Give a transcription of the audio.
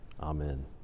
Amen